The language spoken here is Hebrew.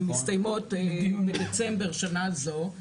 הם מסתיימות בדצמבר שנה זו,